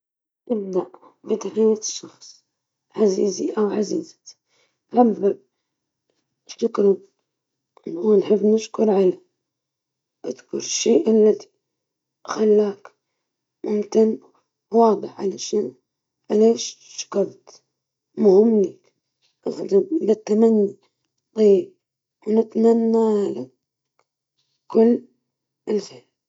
تبدأ بتقديم الشكر والامتنان للشخص، تذكر السبب اللي تشكره عليه وتوضح كيف أثرت تلك اللفتة عليك، وتختم بالامتنان مرة أخرى.